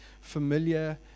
familiar